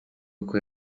uko